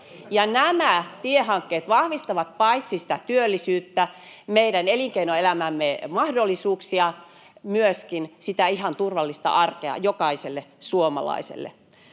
nämä tiehankkeet vahvistavat paitsi sitä työllisyyttä, meidän elinkeinoelämämme mahdollisuuksia, myöskin sitä ihan turvallista arkea jokaiselle suomalaiselle.